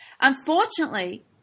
Unfortunately